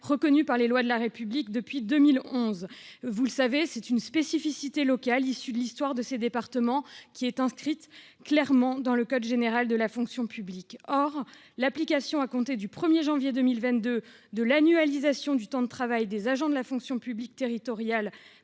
reconnu par les lois de la République depuis 2011. Vous le savez, c'est une spécificité locale issue de l'histoire de ces départements et inscrite dans le code général de la fonction publique. Or l'application, à compter du 1 janvier 2022, de l'annualisation du temps de travail des agents de la fonction publique territoriale,